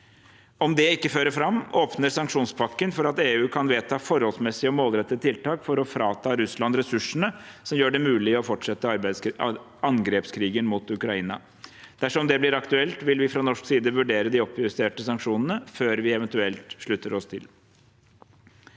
Om det ikke fører fram, åpner sanksjonspakken for at EU kan vedta forholdsmessige og målrettede tiltak for å frata Russland ressursene som gjør det mulig å fortsette angrepskrigen mot Ukraina. Dersom det blir aktuelt, vil vi fra norsk side vurdere de oppjusterte sanksjonene før vi eventuelt slutter oss til.